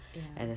ya